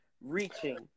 reaching